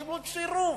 קיבלו סירוב.